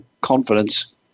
confidence